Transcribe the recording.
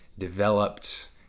developed